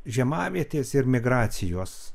žiemavietės ir migracijos